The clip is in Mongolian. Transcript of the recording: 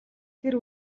тэр